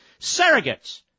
surrogates